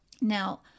Now